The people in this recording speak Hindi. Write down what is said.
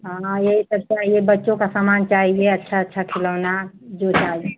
हाँ यही सरप्राइज है बच्चों का सामान चाहिये अच्छा अच्छा खिलौना